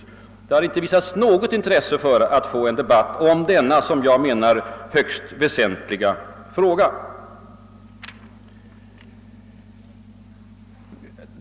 Det har alltså på ert håll inte visats något intresse för att få debatt om denna som jag menar högst väsentliga fråga.